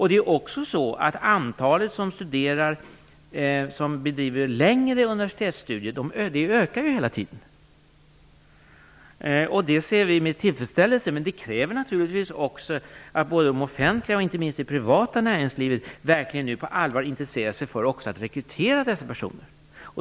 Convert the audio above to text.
Det är också så antalet studerande som bedriver längre universitetsstudier hela tiden ökar. Det ser vi med tillfredsställelse på, men det kräver naturligtvis också att man både inom det offentliga livet och, inte minst, inom det privata näringslivet på allvar intresserar sig för att rekrytera dessa personer.